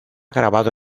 grabado